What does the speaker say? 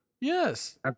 Yes